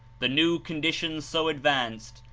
the new conditions so advanced,